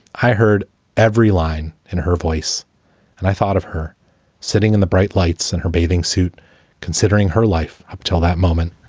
i heard every line in her voice and i thought of her sitting in the bright lights in her bathing suit considering her life until that moment,